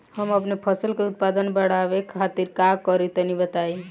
हम अपने फसल के उत्पादन बड़ावे खातिर का करी टनी बताई?